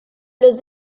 los